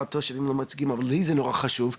התושבים לא מייצגים אבל לי זה נורא חשוב,